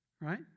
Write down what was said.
right